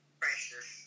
precious